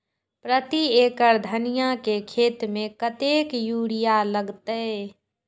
प्रति एकड़ धनिया के खेत में कतेक यूरिया लगते?